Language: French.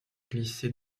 glisser